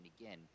again